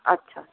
আচ্ছা